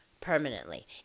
permanently